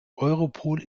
europol